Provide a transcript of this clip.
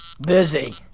busy